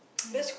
ya